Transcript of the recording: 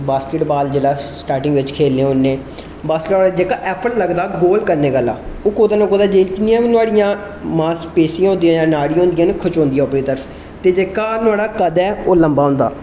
basket बाल जिल्लै starting बिच्च खेलने हुन्ने बास्केट जेहका एफर्ट लगदा गोल करने गल्ला ओह् कुतै ना कुतै जेहकियां बी नुआढ़ियां मांस पेशियां हुंदियां न खचोंदियां न उप्परा दी तरफ ते जेहका नुआढ़ा कद ऐ ओह् लम्बा होंदा